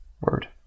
word